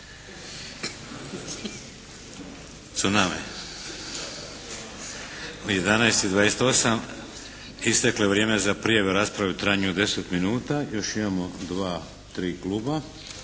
Tsunami? U 11 i 28 isteklo je vrijeme za prijave za raspravu o trajanju od 10 minuta. Još imamo dva, tri kluba